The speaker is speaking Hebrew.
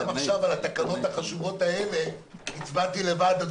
גם עכשיו על התקנות החדשות האלה הצבעתי לבד.